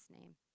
name